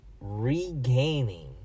regaining